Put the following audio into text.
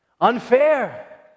Unfair